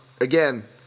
again